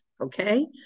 okay